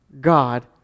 God